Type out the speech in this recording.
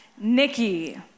Nikki